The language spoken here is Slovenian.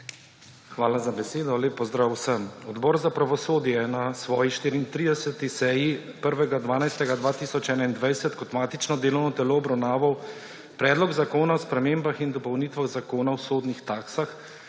Hvala za besedo. Lep pozdrav vsem! Odbor za pravosodje je na svoji 34. seji 1. 12. 2021 kot matično delovno telo obravnaval Predlog zakona o spremembah in dopolnitvah Zakona o sodnih taksah,